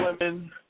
women